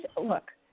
Look